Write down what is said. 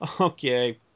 okay